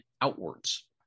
outwards